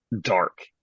dark